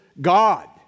God